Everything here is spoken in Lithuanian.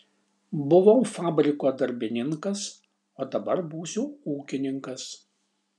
buvau fabriko darbininkas o dabar būsiu ūkininkas